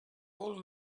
old